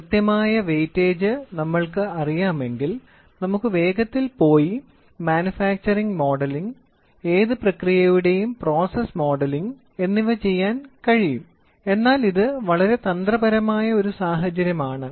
കൃത്യമായ വെയിറ്റേജ് നമ്മൾക്ക് അറിയാമെങ്കിൽ നമുക്ക് വേഗത്തിൽ പോയി മാനുഫാക്ചറിംഗ് മോഡലിംഗ് ഏത് പ്രക്രിയയുടെയും പ്രോസസ് മോഡലിംഗ് എന്നിവ ചെയ്യാൻ കഴിയും എന്നാൽ ഇത് വളരെ തന്ത്രപരമായ ഒരു സാഹചര്യമാണ്